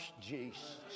Jesus